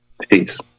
peace